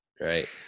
right